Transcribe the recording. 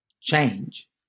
change